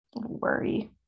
worry